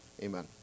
Amen